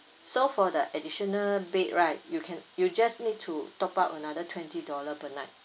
so for the additional bed right you can you just need to top up another twenty dollar per night